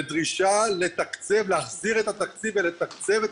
בדרישה להחזיר את התקציב ולתקצב את